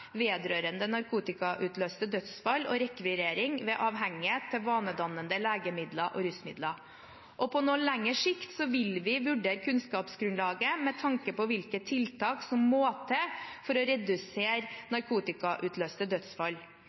vedrørende narkotikautløste dødsfall og rekvirering ved avhengighet av vanedannende legemidler og rusmidler. På noe lengre sikt vil vi vurdere kunnskapsgrunnlaget med tanke på hvilke tiltak som må til for å redusere narkotikautløste dødsfall.